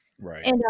Right